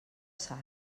sal